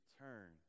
turn